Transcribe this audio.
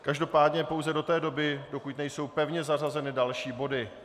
Každopádně pouze do té doby, dokud nejsou pevně zařazeny další body.